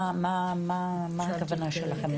מה הכוונה שלכם?